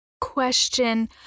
Question